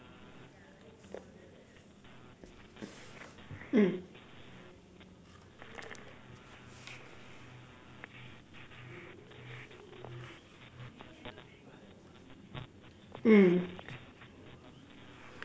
mm